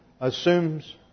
assumes